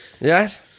Yes